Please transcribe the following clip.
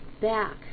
back